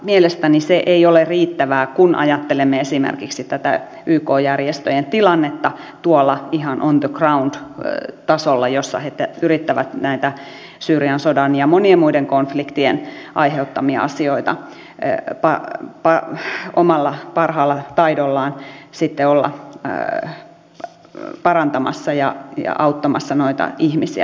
mielestäni se ei ole riittävää kun ajattelemme esimerkiksi tätä yk järjestöjen tilannetta tuolla ihan on the ground tasolla jossa ne yrittävät näitä syyrian sodan ja monien muiden konfliktien aiheuttamia asioita omalla parhaalla taidollaan sitten olla parantamassa ja auttamassa noita ihmisiä tuolla alueella